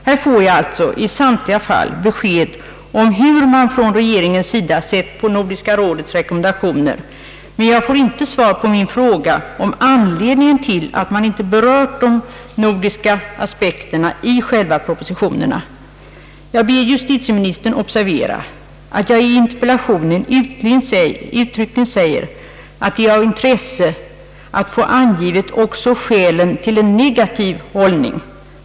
Jag får alltså i samtliga aktuella fall besked om hur man från regeringens sida sett på Nordiska rådets rekommendationer, men jag får inte svar på min fråga om anledningen till att man inte berör de nordiska aspekterna i respektive propositioner. Jag ber justitieministern observera att jag i interpellationen uttryckligen uttalar att det är av intresse att få angivet också skälen till en negativ hållning.